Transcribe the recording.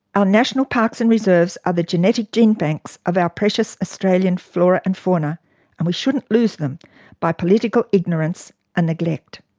our national parks and reserves are the genetic gene banks of our precious australian flora and fauna and we shouldn't lose them by political ignorance and neglect.